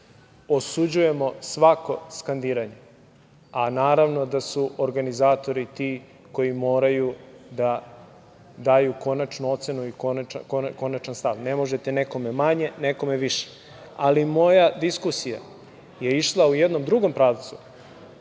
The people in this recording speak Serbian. osuđujemo svako skandiranje, a naravno da su organizatori ti koji moraju da daju konačnu ocenu i konačan stav. Ne možete nekome manje, nekome više. Moja diskusija je išla u jednom drugom pravcu.